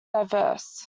diverse